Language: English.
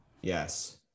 Yes